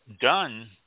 done